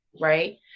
Right